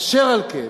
אשר על כן,